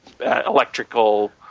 electrical